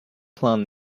plan